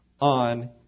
on